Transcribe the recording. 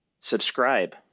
subscribe